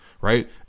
right